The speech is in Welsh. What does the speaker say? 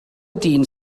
dyn